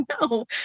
no